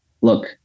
look